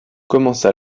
commença